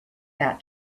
that